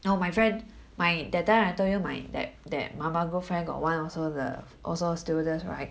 no my friend my that time I told you my that that 毛毛 girlfriend got one also the also stewardess right